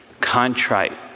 contrite